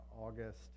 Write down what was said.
August